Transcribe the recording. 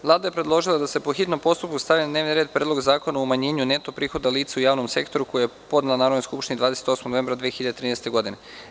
Vlada je predložila da se, po hitnom postupku, stavi na dnevni red Predlog zakona o umanjenju neto prihoda lica u javnom sektoru, koji je podnela Narodnoj skupštini 28. novembra 2013. godine.